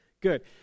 Good